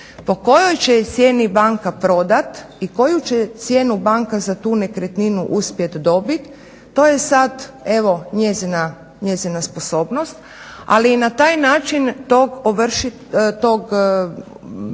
Po kojoj će je cijeni banka prodati i koju će cijenu banka za tu nekretninu uspjet dobit to je sad evo njezina sposobnost, ali na taj način tog dužnika